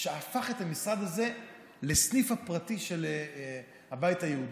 הוא הפך את המשרד הזה לסניף הפרטי של הבית היהודי,